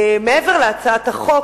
מעבר להצעת החוק,